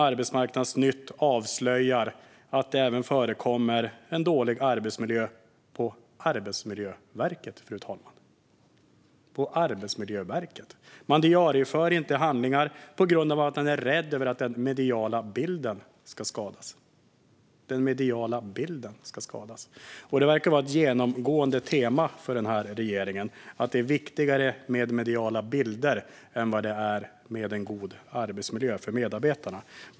Arbetsmarknadsnytt avslöjar att det även förekommer en dålig arbetsmiljö på Arbetsmiljöverket, fru talman. Man diarieför inte handlingar på grund av att man är rädd för att den mediala bilden ska skadas. Det verkar vara ett genomgående tema för regeringen. Det är viktigare med mediala bilder än vad det är med en god arbetsmiljö för medarbetarna.